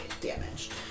damaged